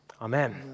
Amen